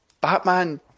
batman